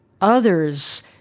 others